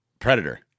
Predator